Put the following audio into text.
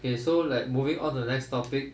okay so like moving to the next topic